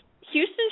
Houston